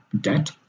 debt